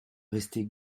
rester